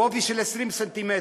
הוא עובי של 20 ס"מ,